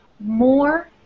more